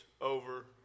over